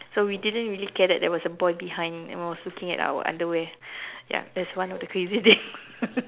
so we didn't really care that there was a boy behind and was looking at our underwear ya that's one of the crazy thing